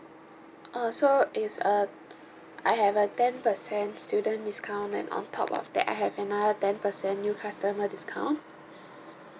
uh so is uh t~ I have a ten percent student discount and on top of that I have another ten percent new customer discount